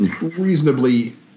reasonably